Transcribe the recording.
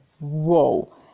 whoa